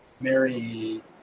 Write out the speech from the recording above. Mary